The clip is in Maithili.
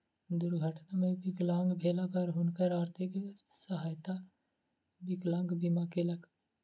दुर्घटना मे विकलांग भेला पर हुनकर आर्थिक सहायता विकलांग बीमा केलक